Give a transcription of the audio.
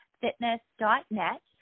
fitness.net